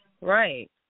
right